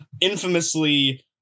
infamously